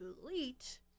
delete